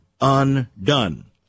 undone